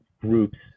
groups